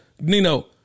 Nino